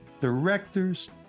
directors